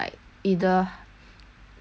like cause my current pay is like